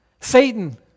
Satan